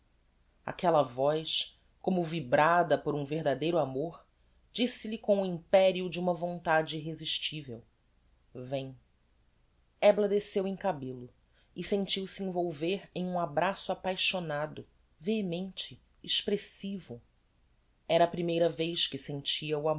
aquella voz como vibrada por um verdadeiro amor disse-lhe com o imperio de uma vontade irresistivel vem ebla desceu em cabello e sentiu-se envolver em um abraço apaixonado vehemente expressivo era a primeira vez que sentia o